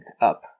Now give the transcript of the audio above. up